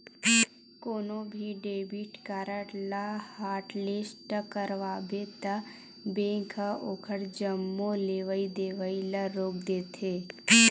कोनो भी debit card ल हॉटलिस्ट करवाबे त बेंक ह ओखर जम्मो लेवइ देवइ ल रोक देथे